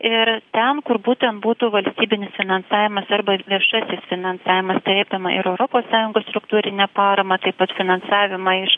ir ten kur būtent būtų valstybinis finansavimas arba viešasis finansavimas tai apima ir europos sąjungos struktūrinę paramą taip pat finansavimą iš